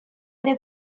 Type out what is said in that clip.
ere